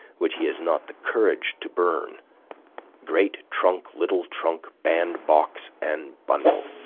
which he has not the courage to burn great trunk, little trunk, bandbox, and bundle.